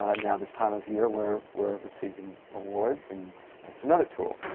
ah and now, this time of year, we're we're receiving awards and that's another tool.